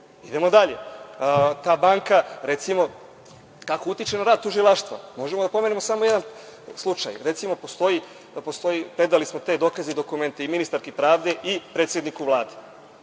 dalje. Ta banka, recimo, kako utiče na rad tužilaštva? Možemo da pomenemo samo jedan slučaj. Recimo, postoji, predali smo te dokaze i dokumenta i ministarski pravde i predsedniku Vlade,